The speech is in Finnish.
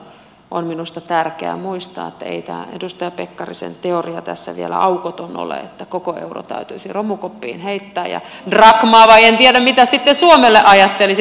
mutta tämmöinen vertailu on minusta tärkeä muistaa että ei tämä edustaja pekkarisen teoria tässä vielä aukoton ole että koko euro täytyisi romukoppiin heittää ja käyttää drakmaa tai en tiedä mitä sitten suomelle ajattelisit